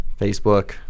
Facebook